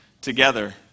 together